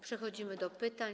Przechodzimy do pytań.